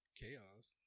chaos